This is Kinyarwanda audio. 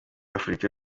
afurika